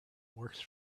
works